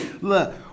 look